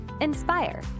inspire